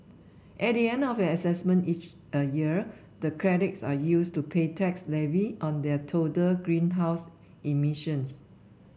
at the end of an assessment each a year the credits are used to pay tax levied on their total greenhouse emissions